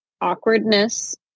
awkwardness